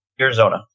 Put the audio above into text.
Arizona